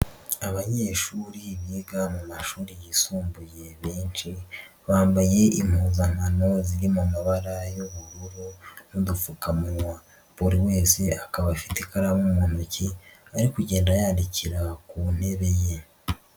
Abanyeshuri biga mu mashuri yisumbuye benshi, bambaye impuzankano ziri mu mabara y'ubururu n'udupfukamunwa. Buri wese akaba afite ikaramu mu ntoki ari kugenda yandikira ku ntebe ye.